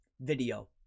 video